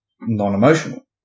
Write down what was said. non-emotional